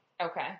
Okay